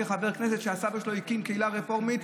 חבר כנסת שהסבא שלו הקים קהילה רפורמית.